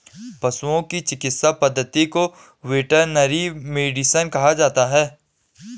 पशुओं की चिकित्सा पद्धति को वेटरनरी मेडिसिन कहा जाता है